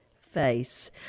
face